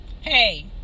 hey